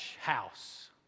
House